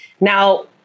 Now